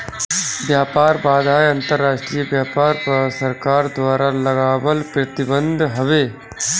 व्यापार बाधाएँ अंतरराष्ट्रीय व्यापार पअ सरकार द्वारा लगावल प्रतिबंध हवे